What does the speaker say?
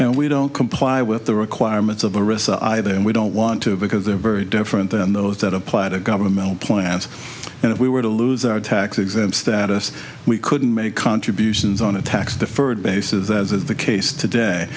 and we don't comply with the requirements risk of the i then we don't want to because they're very different than those that apply to governmental plans and if we were to lose our tax exempt status we couldn't make contributions on a tax deferred basis as is the case today